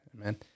Amen